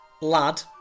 lad